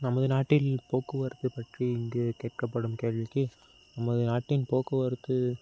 நமது நாட்டில் போக்குவரத்து பற்றி இங்கு கேட்கப்படும் கேள்விக்கு நமது நாட்டின் போக்குவரத்து